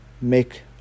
make